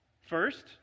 First